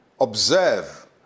observe